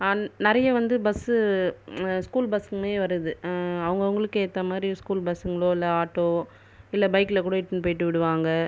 and நிறய வந்து bus school பஸ்சுமே வருது அவங்க அவங்களுக்கு ஏற்றமாரி ஸ்கூல் பஸ்சுங்களோ இல்லை ஆட்டோ இல்லை பைக்கில் கூட இட்டுன்னு பேயிட்டு விடுவாங்கள்